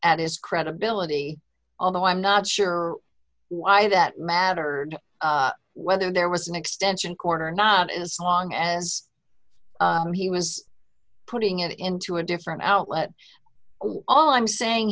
at his credibility although i'm not sure why that mattered whether there was an extension cord or not as long as he was putting it into a different outlet all i'm saying